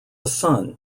son